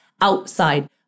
outside